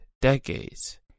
Decades